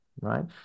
Right